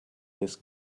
this